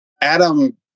adam